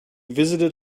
visited